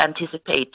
anticipate